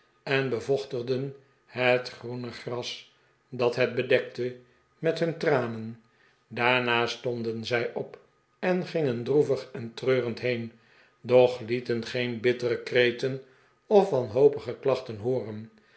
en bevochtigden het groene gras dat het bedekte met hun tranen daarna stonden zij op en gingen droevig en treurend heen doch lieten geen bittere kreten of wanhopige klachten hooren